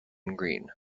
green